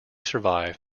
survive